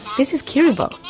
this is kirobo,